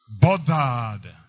Bothered